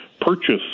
purchase